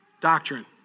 Doctrine